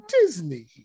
Disney